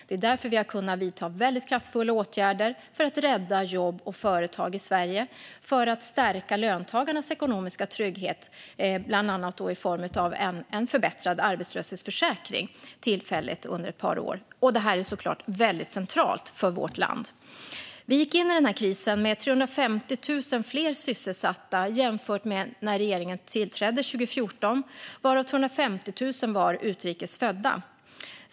Det är därför vi har kunnat vidta väldigt kraftfulla åtgärder för att rädda jobb och företag i Sverige och för att stärka löntagarnas ekonomiska trygghet, bland annat i form av en tillfälligt förbättrad arbetslöshetsförsäkring under ett par år. Det här är såklart centralt för vårt land. Vi gick in i krisen med 350 000 fler sysselsatta jämfört med när regeringen tillträdde 2014, varav 250 000 var utrikes födda.